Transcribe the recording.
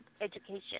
education